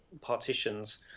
partitions